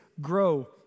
grow